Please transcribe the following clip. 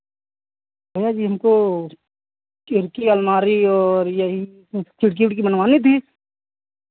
भैया जी हमको खिड़की अलमारी और यही खिड़की उड़की बनवानी थी